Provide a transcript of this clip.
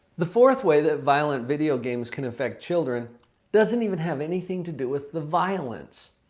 the fourth way that violent video games can affect children doesn't even have anything to do with the violence.